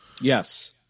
Yes